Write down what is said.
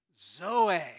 Zoe